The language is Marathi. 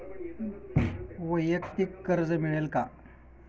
वैयक्तिक कर्ज मिळेल का?